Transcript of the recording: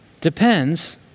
depends